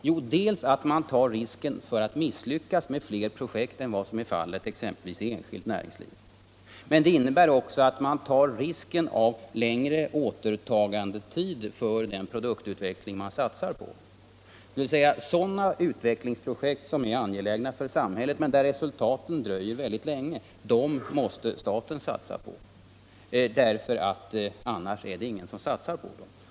Jo, att man tar risken för att misslyckas med fler projekt än vad som är fallet exempelvis i enskilt näringsliv. Men det innebär också att man tar risken av längre återtagandetid för den produktutveckling man satsar på, dvs. sådana utvecklingsprojekt som är angelägna för samhället men där resultatet dröjer väldigt länge, annars är det ingen som satsar på dem.